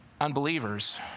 unbelievers